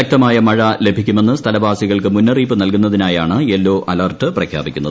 ശക്തമായ മഴ ലഭിക്കുമെന്ന് സ്ഥലവാസികൾക്ക് മുന്നറിയിപ്പ് നൽകുന്നതിനായാണ് യെല്ലോ അലെർട്ട് പ്രഖ്യാപിക്കുന്നത്